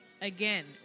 Again